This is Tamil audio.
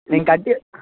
நீங்கள் கட்டி